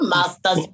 Master